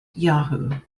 yahoo